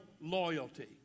loyalty